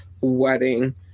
wedding